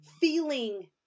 feeling